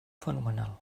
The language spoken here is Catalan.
fenomenal